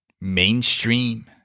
Mainstream